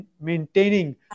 maintaining